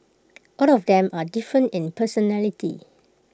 all of them are different in personality